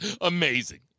Amazing